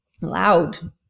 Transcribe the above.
loud